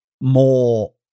more